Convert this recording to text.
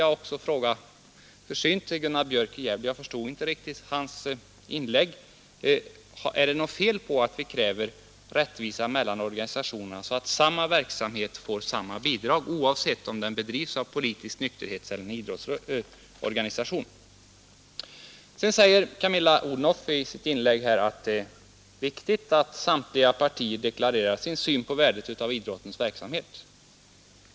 Jag vill försynt fråga herr Björk i Gävle, eftersom jag inte riktigt ägg, om det är något fel på vårt krav på rättvisa mellan förstod hans i organisationerna så att samma verksamhet får samma bidrag oavsett om den bedrivs av politisk, nykterhetseller idrottsorganisation. I sitt senaste inlägg sade statsrådet Odhnoff att det är viktigt att samtliga partier deklarerat sin syn på värdet av idrottens verksamhet.